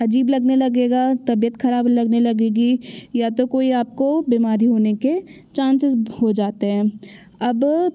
अजीब लगने लगेगा तबियत खराब लगने लगेगी या तो कोई आपको बीमारी होने के चांसेस हो जाते हैं अब